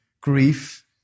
grief